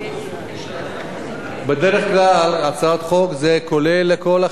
בדרך כלל הצעות חוק זה כולל כל החקיקה.